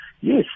yes